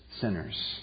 sinners